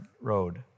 road